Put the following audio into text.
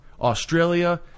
Australia